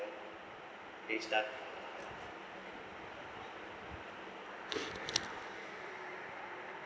they start